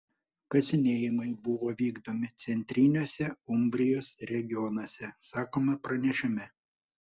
kasinėjimai buvo vykdomi centriniuose umbrijos regionuose sakoma pranešime